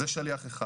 זה שליח אחד.